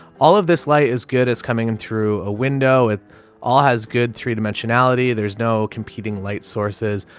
all of this light is good as coming in through a window with all has good three-dimensionality. there's no competing light sources.